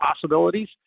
possibilities